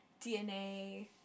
DNA